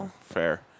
Fair